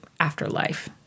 Afterlife